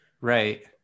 Right